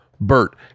BERT